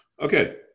Okay